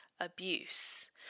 abuse